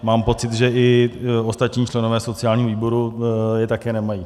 Mám pocit, že i ostatní členové sociálního výboru je také nemají.